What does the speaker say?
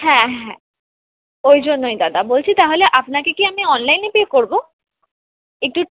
হ্যাঁ হ্যাঁ ওই জন্যই দাদা বলছি তাহলে আপনাকে কি আমি অনলাইনে পে করব একটু